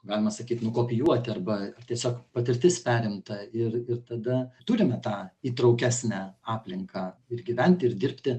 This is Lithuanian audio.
galima sakyt nukopijuot arba tiesiog patirtis perimta ir ir tada turime tą įtraukesnę aplinką ir gyventi ir dirbti